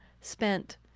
spent